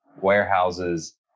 warehouses